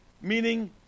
meaning